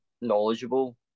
knowledgeable